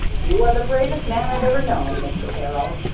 you are the bravest man i've ever known, mister peril,